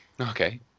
Okay